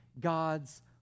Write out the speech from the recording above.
God's